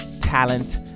talent